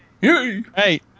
Hey